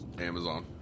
Amazon